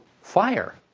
fire